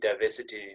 diversity